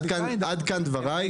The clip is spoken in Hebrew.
טוב, עד כאן דבריי.